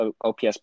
OPS